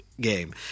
game